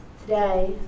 today